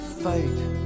Fight